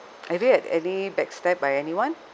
have you had any backstab by anyone